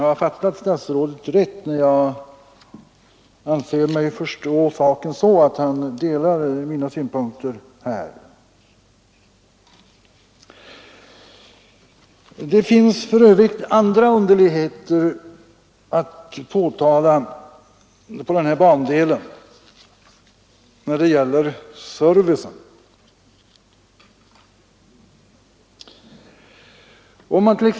Har jag fattat statsrådet rätt när jag anser mig förstå att han delar mina synpunkter? Det finns för övrigt andra underligheter att påtala i fråga om servicen på bandelen Ljusdal—Gävle.